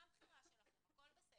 גם בחירה שלכם, הכל בסדר,